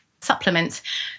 supplements